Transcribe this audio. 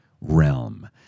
realm